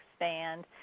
expand